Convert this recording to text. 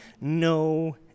no